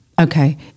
Okay